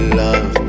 love